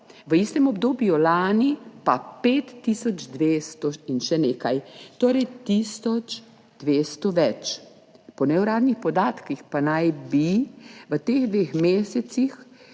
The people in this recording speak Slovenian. V istem obdobju lani pa 5 tisoč 200 in še nekaj, torej 1200 več. Po neuradnih podatkih pa naj bi v teh dveh mesecih